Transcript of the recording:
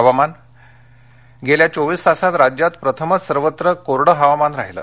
हवामान गेल्या चोवीस तासात राज्यात प्रथमच सर्वत्र कोरडं हवामान राहीलं